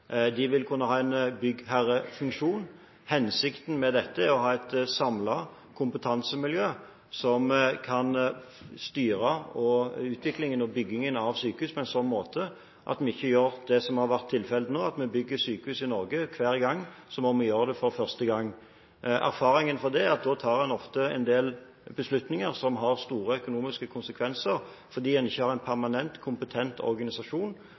De vil kunne ha en byggherrefunksjon. Hensikten med dette er å ha et samlet kompetansemiljø som kan styre utviklingen og byggingen av sykehus på en sånn måte at vi ikke gjør det som har vært tilfellet til nå, at vi bygger sykehus i Norge hver gang som om vi gjør det for første gang. Erfaringen fra det er at da tar en ofte en del beslutninger som har store økonomiske konsekvenser, fordi en ikke har en permanent, kompetent organisasjon.